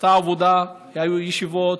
עשתה עבודה, היו ישיבות,